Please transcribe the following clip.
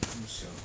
ya sia